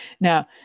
Now